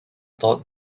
taught